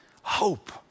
Hope